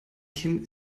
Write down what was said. kim